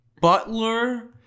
butler